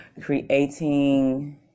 Creating